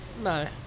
No